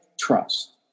trust